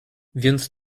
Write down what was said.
więc